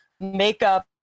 makeup